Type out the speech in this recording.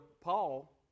Paul